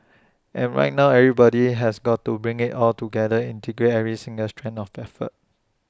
and right now everybody has got to bring IT all together integrate every single strand of effort